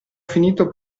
finito